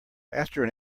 after